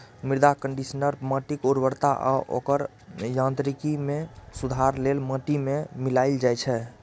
मृदा कंडीशनर माटिक उर्वरता आ ओकर यांत्रिकी मे सुधार लेल माटि मे मिलाएल जाइ छै